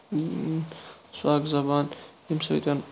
سُہ اکھ زَبان ییٚمہِ سۭتۍ